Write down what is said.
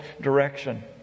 direction